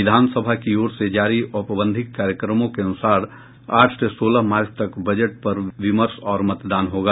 विधानसभा की ओर से जारी औपबंधिक कार्यक्रमों के अनुसार आठ से सोलह मार्च तक बजट पर विमर्श और मतदान होगा